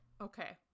Okay